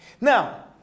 Now